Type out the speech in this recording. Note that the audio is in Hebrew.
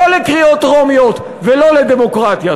לא לקריאות טרומיות ולא לדמוקרטיה.